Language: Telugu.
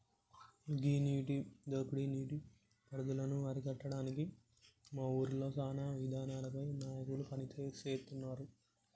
అసలు గీ నీటి దోపిడీ నీటి పారుదలను అరికట్టడానికి మా ఊరిలో సానా ఇదానాలపై నాయకులు పని సేస్తున్నారు